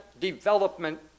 development